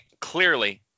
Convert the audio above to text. clearly